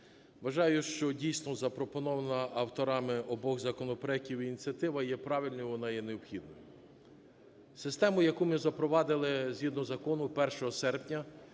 вважаю, що дійсно запропонована авторами обох законопроектів ініціатива є правильною. Вона є необхідною. Систему, яку ми запровадили згідно закону 1 серпня